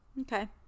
okay